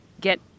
get